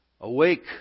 Awake